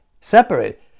separate